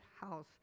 house